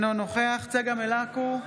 אינו נוכח צגה מלקו,